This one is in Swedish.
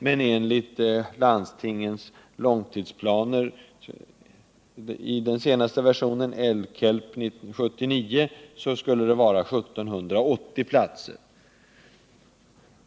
Men enligt landstingens långtidsplaner, i den senaste versionen LKELP 79, skulle det vara 1 780 platser.